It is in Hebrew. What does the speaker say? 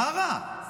מה רע?